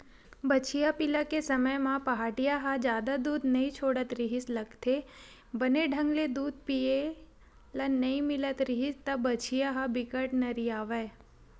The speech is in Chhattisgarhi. बछिया पिला के समे म पहाटिया ह जादा दूद नइ छोड़त रिहिस लागथे, बने ढंग ले दूद पिए ल नइ मिलत रिहिस त बछिया ह बिकट नरियावय